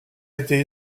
été